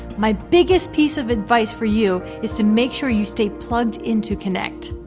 my biggest piece of advice for you is to make sure you stay plugged into kynect.